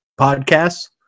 podcasts